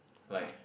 like